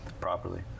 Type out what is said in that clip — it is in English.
properly